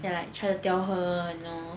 then like try to tell her you know